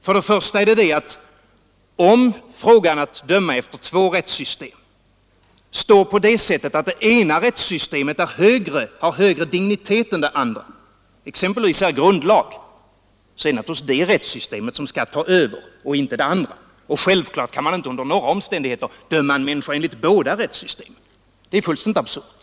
Är det för det första fråga om att döma efter något av två rättssystem och det ena rättssystemet har högre dignitet än det andra — exempelvis är grundlag — skall naturligtvis det högre rättssystemet ta över och inte det lägre. Självfallet kan man inte under några omständigheter döma en människa enligt båda rättsystemen. Det vore fullständigt absurt.